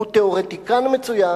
הוא תיאורטיקן מצוין.